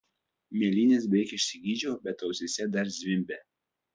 mėlynes beveik išsigydžiau bet ausyse dar zvimbė